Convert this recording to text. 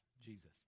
Jesus